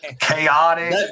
Chaotic